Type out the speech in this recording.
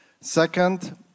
second